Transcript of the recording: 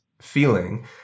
feeling